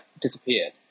disappeared